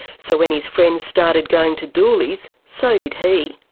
so when his friends started going to dooleys, so did he.